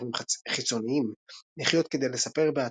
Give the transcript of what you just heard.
קישורים חיצוניים לחיות כדי לספר,